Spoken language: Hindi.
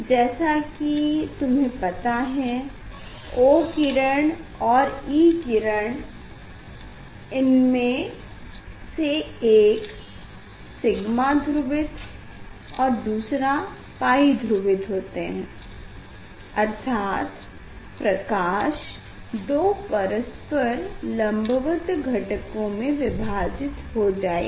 जैसा कि तुम्हें पता है O किरण और E किरण इनमें से एक सिग्मा ध्रुवित और दूसरा पाई ध्रुवित होते हैं अर्थात प्रकाश दो परस्पर लम्बवत घटकों में विभाजित हो जाएगी